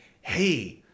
hey